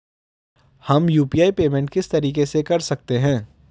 हम UPI payment किस तरीके से कर सकते हैं?